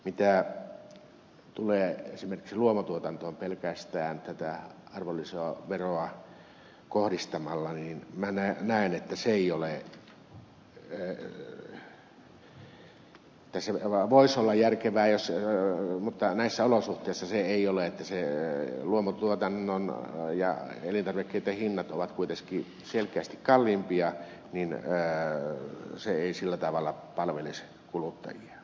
mitä tulee esimerkiksi luomutuotantoon pelkästään tätä arvonlisäveroa kohdistamalla minä näen että se voisi olla järkevää mutta näissä olosuhteissa se ei ole koska luomutuotannon elintarvikkeitten hinnat ovat kuitenkin selkeästi kalliimpia niin se ei sillä tavalla palvelisi kuluttajia